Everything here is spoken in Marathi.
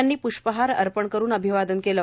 यांनी प्ष्पहार अर्पण करुन अभिवादन केले